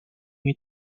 you